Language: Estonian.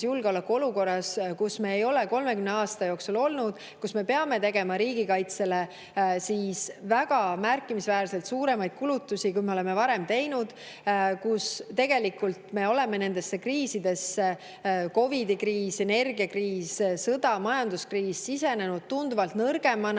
julgeolekuolukorras, kus me ei ole 30 aasta jooksul olnud, kus me peame tegema riigikaitsele väga märkimisväärselt suuremaid kulutusi, kui me oleme varem teinud, kus tegelikult me oleme nendesse kriisidesse – COVID‑i kriis, energiakriis, sõda, majanduskriis – sisenenud tunduvalt nõrgemana,